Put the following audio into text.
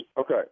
Okay